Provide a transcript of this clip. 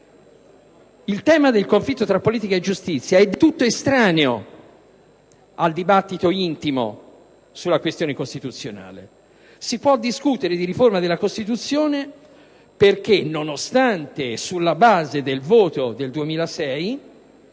Il tema del conflitto tra politica e giustizia è del tutto estraneo al dibattito intimo sulla questione costituzionale. Si può discutere di riforma della Costituzione perché, nonostante e sulla base del voto del 2006,